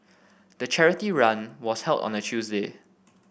the charity run was held on a Tuesday